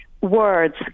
words